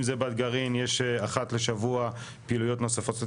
הם זה בת גרים יש אחת לשבוע פעילויות נוספות.